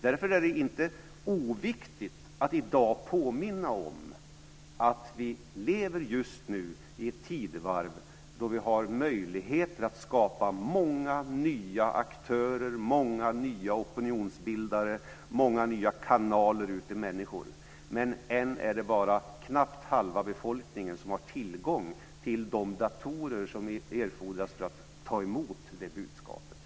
Därför är det inte oviktigt att i dag påminna om att vi lever i ett tidevarv då vi har möjligheter att skapa många nya aktörer, många nya opinionsbildare och många nya kanaler ut till människor. Men ännu är det bara knappt halva befolkningen som har tillgång till de datorer som erfordras för att ta emot det budskapet.